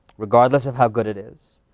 regardless of how good it is,